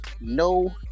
no